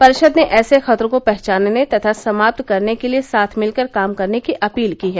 परिषद ने ऐसे खतरों को पहचानने तथा समाप्त करने के लिए साथ मिलकर काम करने की अपील की है